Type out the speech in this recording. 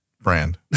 brand